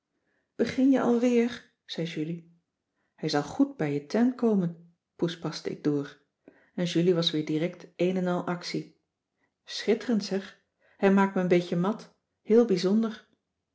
begin je alweer zei julie hij zal goed bij je teint komen poespaste ik door en julie was weer direct een en al actie schitterend zeg hij maakt me een beetje mat heel bijzonder